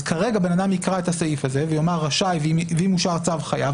אז כרגע בן אדם יקרא את הסעיף הזה ויקרא רשאי ואם אושר צו חייב,